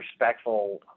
respectful